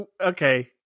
Okay